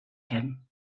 him